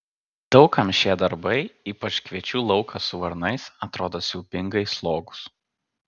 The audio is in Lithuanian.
daug kam šie darbai ypač kviečių laukas su varnais atrodo siaubingai slogūs